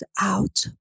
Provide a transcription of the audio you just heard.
out